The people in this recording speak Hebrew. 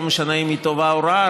לא משנה אם היא טובה או רעה,